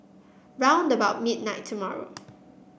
round about midnight tomorrow